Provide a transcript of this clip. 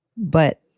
but,